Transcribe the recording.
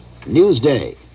Newsday